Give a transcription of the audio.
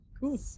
Cool